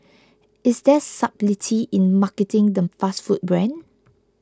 is there subtlety in marketing the fast food brand